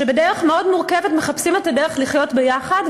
שבדרך מאוד מורכבת מחפשים את הדרך לחיות ביחד,